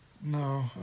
No